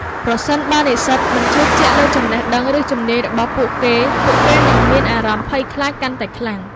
ប្រសិនបើនិស្សិតមិនជឿជាក់លើចំណេះដឹង ឬជំនាញរបស់ពួកគេ ពួកគេនឹងមានអារម្មណ៍ភ័យខ្លាចកាន់តែខ្លាំង។